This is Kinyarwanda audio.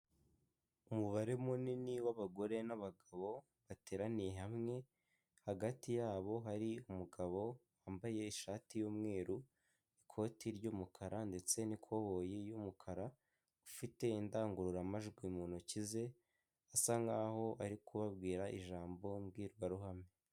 Umubare munini w'abagore n'abagabo bateraniye hamwe, hagati yabo hari umugabo wambaye ishati yumweru, ikoti ry'umukara ndetse n'ikoboyi yumukara ufite indangururamajwi mu ntoki ze asa nkaho ari kubabwira ijambo mbwirwaruhame.